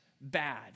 bad